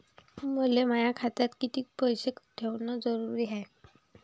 मले माया खात्यात कितीक पैसे ठेवण जरुरीच हाय?